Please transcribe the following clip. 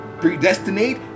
predestinate